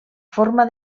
forma